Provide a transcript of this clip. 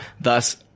Thus